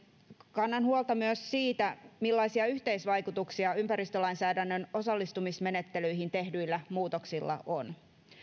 kannan huolta myös siitä millaisia yhteisvaikutuksia ympäristölainsäädännön osallistumismenettelyihin tehdyillä muutoksilla on